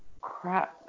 crap